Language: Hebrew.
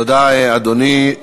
תודה, אדוני.